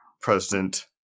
president